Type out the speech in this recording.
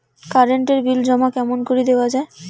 Current এর bill জমা কেমন করি দেওয়া যায়?